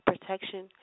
protection